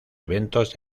eventos